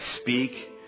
speak